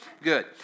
good